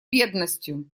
бедностью